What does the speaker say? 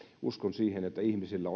uskon siihen että ihmisillä